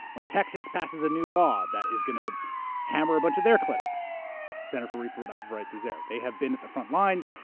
when texas passes a new law that is going to hammer a bunch of their clinics center for reproductive rights is there. they have been at the front lines,